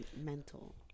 mental